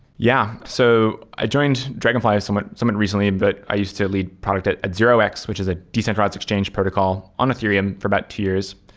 yeah. so i joined dragonfl y somewhat somewhat recently, but i used to lead product at at zero x, which is a decentralized exchange protocol on ethereum for about two years.